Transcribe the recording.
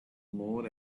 more